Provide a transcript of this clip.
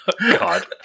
God